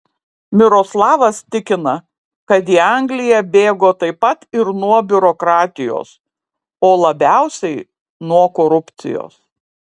miroslavas tikina kad į angliją bėgo taip pat ir nuo biurokratijos o labiausiai nuo korupcijos